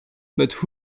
but